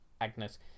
Agnes